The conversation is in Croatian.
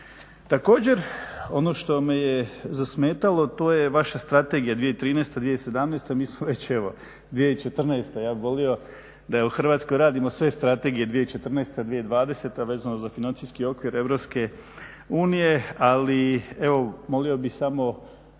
Također, ono što me je zasmetalo to je vaša Strategija 2013.-2017. Mi smo već evo 2014., ja bih volio da u Hrvatskoj radimo sve strategije 2014.-2020. vezano za financijski okvir EU, ali evo molio bih samo